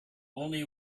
only